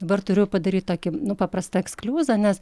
dabar turiu padaryt tokį paprastą ekskliuzą nes